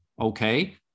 Okay